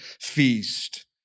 feast